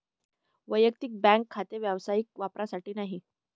वैयक्तिक बँक खाते व्यावसायिक वापरासाठी नाही